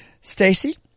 Stacey